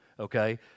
Okay